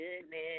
goodness